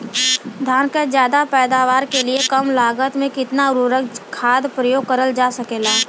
धान क ज्यादा पैदावार के लिए कम लागत में कितना उर्वरक खाद प्रयोग करल जा सकेला?